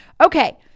Okay